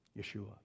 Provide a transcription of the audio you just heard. Yeshua